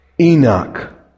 Enoch